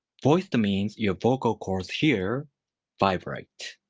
voiced means your vocal cords here vibrate.